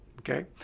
Okay